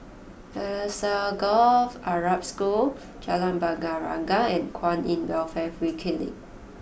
Alsagoff Arab School Jalan Bunga Raya and Kwan In Welfare Free Clinic